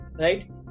Right